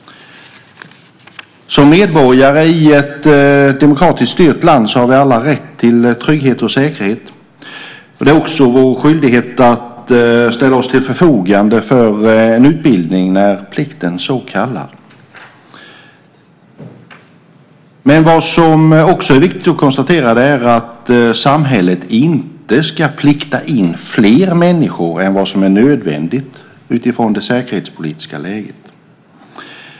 Som medborgare i ett demokratiskt styrt land har vi alla rätt till trygghet och säkerhet. Det är också vår skyldighet att ställa oss till förfogande för en utbildning när plikten så kräver. Vad som dock också är viktigt att konstatera är att samhället inte ska plikta in fler människor än vad som är nödvändigt utifrån det säkerhetspolitiska läget.